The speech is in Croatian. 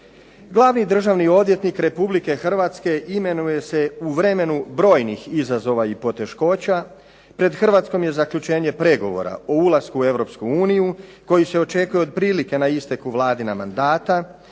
Glavni državni odvjetnik Republike Hrvatske imenuje se u vremenu brojnih izazova i poteškoća. Pred Hrvatskom je zaključenje pregovora o ulasku u Europsku uniju koji se očekuje otprilike na isteku Vladina mandata,